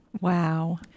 Wow